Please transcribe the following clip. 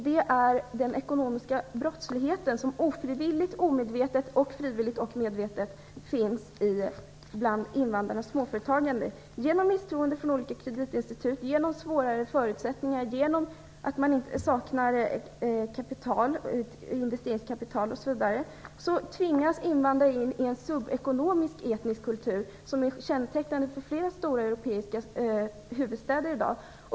Det är den ekonomiska brottslighet som ofrivilligt och omedvetet eller frivilligt och medvetet finns i invandrares småföretagande. Genom misstroende från olika kreditinstitut, genom svårare förutsättningar, genom att man saknar investeringskapital osv. tvingas invandrare in i en subekonomisk etnisk kultur som är kännetecknande för flera stora europeiska huvudstäder i dag.